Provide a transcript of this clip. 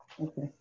Okay